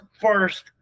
first